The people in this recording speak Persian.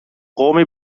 قومی